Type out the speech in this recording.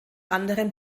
anderem